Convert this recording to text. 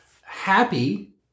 happy